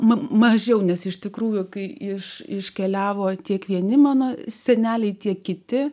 mažiau nes iš tikrųjų kai iš iškeliavo tiek vieni mano seneliai tiek kiti